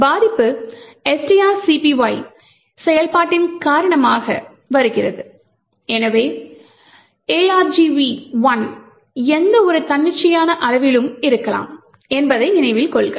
பாதிப்பு strcpy செயல்பாட்டின் காரணமாக வருகிறது எனவே argv1 எந்தவொரு தன்னிச்சையான அளவிலும் இருக்கலாம் என்பதை நினைவில் கொள்க